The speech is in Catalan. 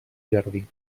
jardí